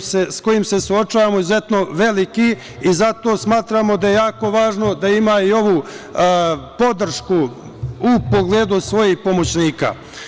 sa kojim se suočavamo veoma veliki i zato smatramo da je jako važno da ima i ovu podršku u pogledu svojih pomoćnika.